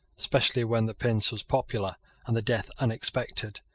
especially when the prince was popular and the death unexpected,